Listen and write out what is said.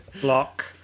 Block